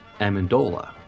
Amendola